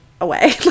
away